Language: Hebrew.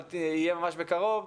אבל תהיה ממש בקרוב,